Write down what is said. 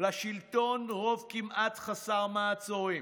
לשלטון רוב כמעט חסר מעצורים,